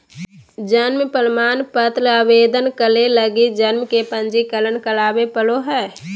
जन्म प्रमाण पत्र आवेदन करे लगी जन्म के पंजीकरण करावे पड़ो हइ